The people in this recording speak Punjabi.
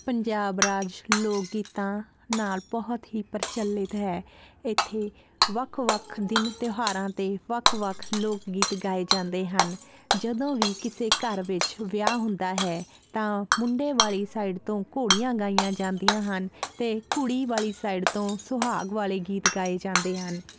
ਪੰਜਾਬ ਰਾਜ ਲੋਕ ਗੀਤਾਂ ਨਾਲ ਬਹੁਤ ਹੀ ਪ੍ਰਚਲਿਤ ਹੈ ਇਥੇ ਵੱਖ ਵੱਖ ਦਿਨ ਤਿਉਹਾਰਾਂ ਤੇ ਵੱਖ ਵੱਖ ਲੋਕ ਗੀਤ ਗਾਏ ਜਾਂਦੇ ਹਨ ਜਦੋਂ ਵੀ ਕਿਸੇ ਘਰ ਵਿੱਚ ਵਿਆਹ ਹੁੰਦਾ ਹੈ ਤਾਂ ਮੁੰਡੇ ਵਾਲੀ ਸਾਈਡ ਤੋਂ ਘੋੜੀਆਂ ਗਾਈਆਂ ਜਾਂਦੀਆਂ ਹਨ ਤੇ ਕੁੜੀ ਵਾਲੀ ਸਾਈਡ ਤੋਂ ਸੁਹਾਗ ਵਾਲੇ ਗੀਤ ਗਾਏ ਜਾਂਦੇ ਹਨ